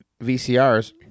VCRs